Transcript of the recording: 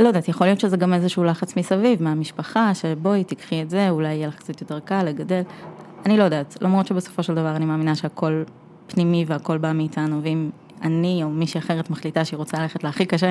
לא יודעת יכול להיות שזה גם איזה שהוא לחץ מסביב מהמשפחה שבואי תקחי את זה אולי יהיה לך קצת יותר קל לגדל. אני לא יודעת למרות שבסופו של דבר אני מאמינה שהכל פנימי והכל בא מאיתנו ואם אני או מישהי אחרת מחליטה שהיא רוצה ללכת להכי קשה.